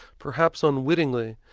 perhaps unwittingly,